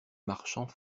marchands